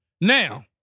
Now